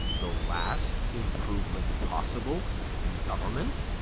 the last improvement possible in government?